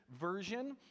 Version